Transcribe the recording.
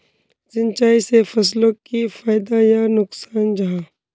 सिंचाई से फसलोक की फायदा या नुकसान जाहा?